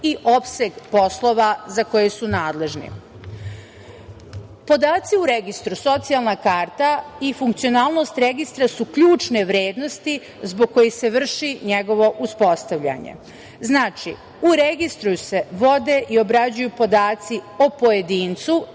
i opseg poslova za koje su nadležni. Podaci u registru socijalna karta i funkcionalnost registra su ključne vrednosti zbog kojih se vrši njegovo uspostavljanje. Znači, u registru se vode i obrađuju podaci o pojedincu